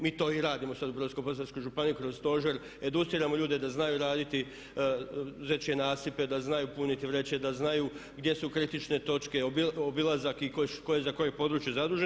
Mi to i radimo sad u Brodsko-posavskoj županiji kroz stožer, educiramo ljude da znaju raditi veće nasipe, da znaju puniti vreće, da znaju gdje su kritične točke, obilazak i tko je za koje područje zadužen.